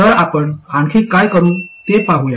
तर आपण आणखी काय करू ते पाहूया